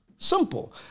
Simple